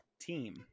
team